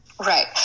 Right